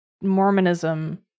Mormonism